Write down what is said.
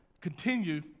continue